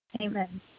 amen